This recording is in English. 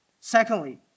Secondly